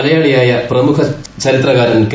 മലയാളിയായ പ്രമുഖ ചരിത്രകാരൻ കെ